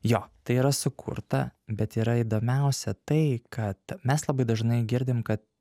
jo tai yra sukurta bet yra įdomiausia tai kad mes labai dažnai girdim kad